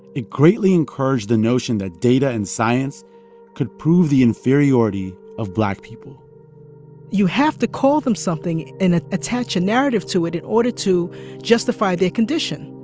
it greatly encouraged the notion that data and science could prove the inferiority of black people you have to call them something and attach a narrative to it in order to justify their condition.